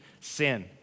sin